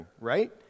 right